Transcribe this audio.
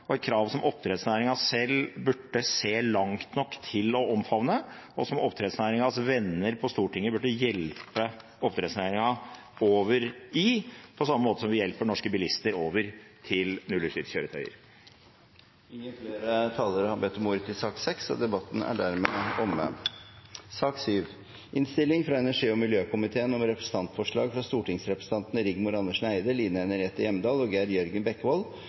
som oppdrettsnæringen selv burde se langt nok til å omfavne, og som oppdrettsnæringens venner på Stortinget burde hjelpe oppdrettsnæringen over i, på samme måte som vi hjelper norske bilister over til nullutslippskjøretøyer. Flere har ikke bedt om ordet til sak nr. 6. Etter ønske fra energi- og miljøkomiteen vil presidenten foreslå at taletiden blir begrenset til 5 minutter til hver partigruppe og